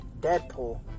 Deadpool